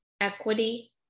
equity